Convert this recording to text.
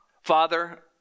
Father